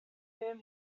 whom